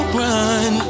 run